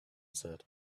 said